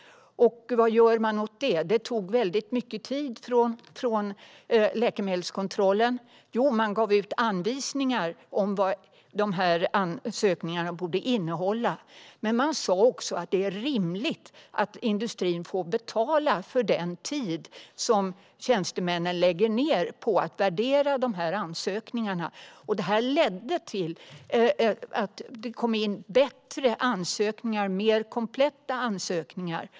Det tog mycket tid från läkemedelskontrollen. Vad gjorde man åt det? Jo, man gav ut anvisningar om vad de här ansökningarna borde innehålla, men man sa också att det är rimligt att industrin får betala för den tid som tjänstemännen lägger ned på att värdera ansökningarna. Det här ledde till att det kom in bättre och mer kompletta ansökningar.